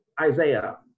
Isaiah